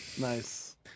Nice